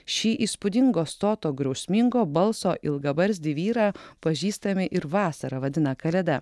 šį įspūdingo stoto griausmingo balso ilgabarzdį vyrą pažįstami ir vasarą vadina kalėda